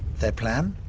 their plan,